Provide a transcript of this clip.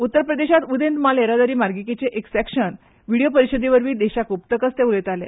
उत्तर प्रदेशांत उदेंत माल येरादारी मार्गिकेर्चे एक सेक्शन विडीयो परीशदे वरवीं देशाक ओपंतकच ते उलयताले